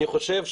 אני חושב,